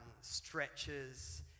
stretches